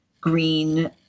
green